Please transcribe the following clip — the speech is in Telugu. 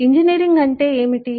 ఇంజనీరింగ్ అంటే ఏమిటి